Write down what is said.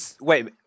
wait